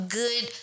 good